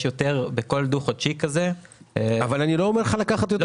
יש יותר בכל דו-חודשי כזה --- אבל אני לא אומר לך לקחת יותר חודשים.